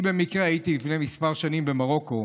במקרה הייתי לפני כמה שנים במרוקו,